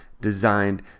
designed